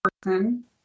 person